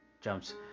jumps